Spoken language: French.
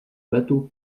bateau